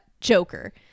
Joker